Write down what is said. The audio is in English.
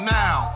now